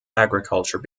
agriculture